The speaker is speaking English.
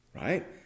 Right